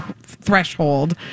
threshold